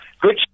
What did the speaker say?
Good